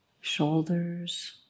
shoulders